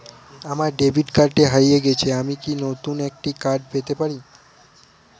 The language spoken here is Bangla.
আমার ডেবিট কার্ডটি হারিয়ে গেছে আমি কি নতুন একটি কার্ড পেতে পারি?